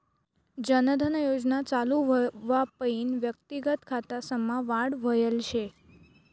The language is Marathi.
जन धन योजना चालू व्हवापईन व्यक्तिगत खातासमा वाढ व्हयल शे